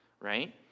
right